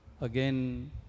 again